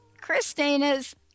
Christina's